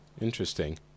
Interesting